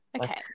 Okay